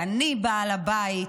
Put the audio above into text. אני בעל הבית.